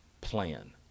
plan